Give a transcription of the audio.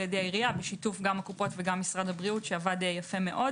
העירייה בשיתוף גם הקופות וגם משרד הבריאות שעבד יפה מאוד.